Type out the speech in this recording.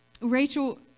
rachel